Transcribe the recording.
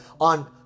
on